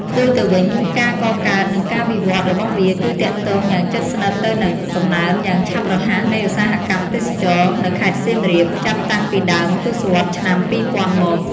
ផ្ទុយទៅវិញ ការកកើត និងការវិវត្តរបស់វាគឺទាក់ទងយ៉ាងជិតស្និទ្ធទៅនឹង កំណើនយ៉ាងឆាប់រហ័សនៃឧស្សាហកម្មទេសចរណ៍ នៅខេត្តសៀមរាប ចាប់តាំងពីដើមទសវត្សរ៍ឆ្នាំ ២០០០ មក។